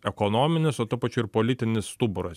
ekonominis o tuo pačiu ir politinis stuburas